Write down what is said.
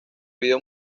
vídeo